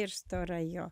ir stora jo